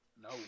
No